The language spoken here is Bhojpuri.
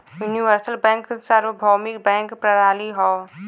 यूनिवर्सल बैंक सार्वभौमिक बैंक प्रणाली हौ